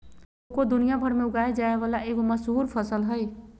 cocoa दुनिया भर में उगाल जाय वला एगो मशहूर फसल हइ